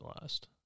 last